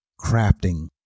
crafting